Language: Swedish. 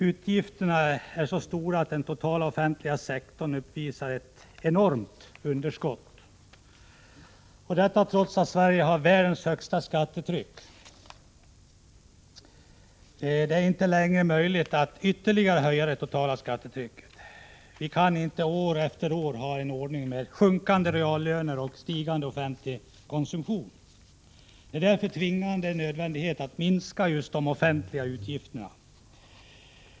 Utgifterna är så stora att den totala offentliga sektorn uppvisar ett enormt underskott, och detta trots att Sverige har världens högsta skattetryck. Det är inte längre möjligt att ytterligare höja det totala skattetrycket. Vi kan inte år efter år ha en ordning med sjunkande reallöner och stigande offentlig konsumtion. Det är därför en tvingande nödvändighet att minska just de offentliga utgifterna.